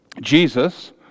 Jesus